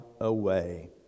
away